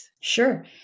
Sure